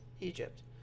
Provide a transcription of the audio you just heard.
egypt